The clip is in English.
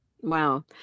Wow